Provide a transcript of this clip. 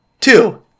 two